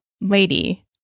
lady